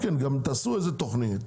תעשו תוכנית,